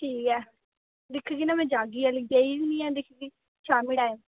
ठीक ऐ दिक्खगी ना में जागी अज्जें गेई नीं ऐं दिक्खगी शामीं टाइम